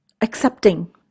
accepting